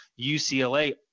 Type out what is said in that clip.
UCLA